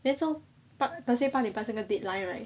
then so thursday 八点半这个 deadline right